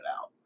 out